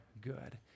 good